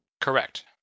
Correct